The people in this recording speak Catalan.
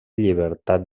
llibertat